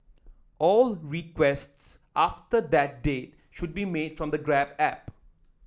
all requests after that date should be made from the Grab app